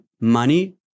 money